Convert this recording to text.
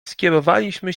skierowaliśmy